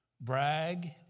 brag